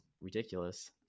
ridiculous